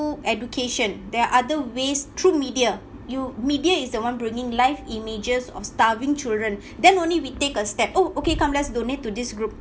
education there are other ways through media you media is the one bringing live images of starving children then only we take a step oh okay come let's donate to this group